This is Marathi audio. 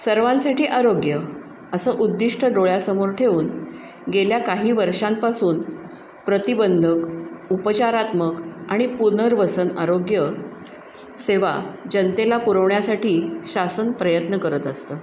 सर्वांसाठी आरोग्य असं उद्दिष्ट डोळ्यासमोर ठेवून गेल्या काही वर्षांपासून प्रतिबंधक उपचारात्मक आणि पुनर्वसन आरोग्यसेवा जनतेला पुरवण्यासाठी शासन प्रयत्न करत असतं